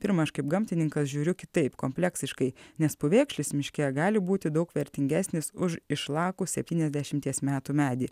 pirma aš kaip gamtininkas žiūriu kitaip kompleksiškai nes pūvėkšlis miške gali būti daug vertingesnis už išlakų septyniasdešimties metų medį